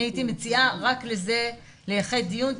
הייתי מציעה רק לזה לייחד דיון,